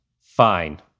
fine